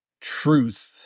truth